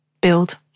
build